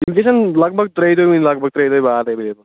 تِم تہِ گَژھن لَگ بَگ ترٛیہِ دۅہۍ وِۅنۍ لَگ بَگ ترٛیہِ دۅہۍ بعد ایٚولیبٕل